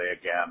again